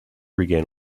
began